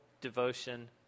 devotion